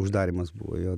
uždarymas buvo jo